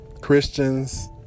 Christians